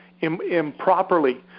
improperly